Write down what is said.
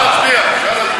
אפשר להצביע, אפשר להצביע.